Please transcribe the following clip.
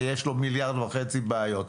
ויש לו מיליארד וחצי בעיות,